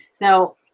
Now